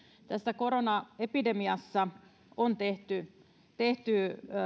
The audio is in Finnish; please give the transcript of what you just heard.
tässä koronaepidemiassa on tehty tehty